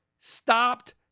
stopped